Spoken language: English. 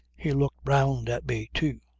he looked round at me too,